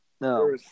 no